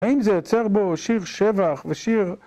האם זה יוצר בו שיר שבח ושיר...